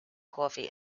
coffee